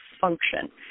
function